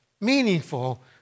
meaningful